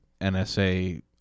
NSA